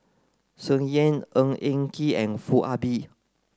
Tsung Yeh Ng Eng Kee and Foo Ah Bee